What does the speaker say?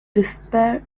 despair